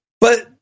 But-